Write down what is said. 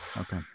okay